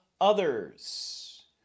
others